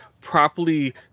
properly